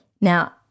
Now